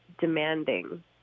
demanding